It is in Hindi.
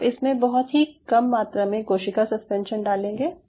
आप इसमें बहुत ही कम मात्रा में कोशिका सस्पेंशन डालेंगे